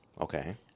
Okay